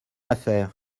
affaire